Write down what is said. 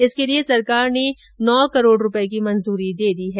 इसके लिए सरकार ने नो करोड रूपए की मंजूरी दे दी है